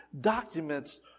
documents